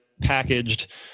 packaged